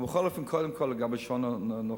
בכל אופן, קודם כול לגבי שעון הנוכחות: